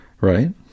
Right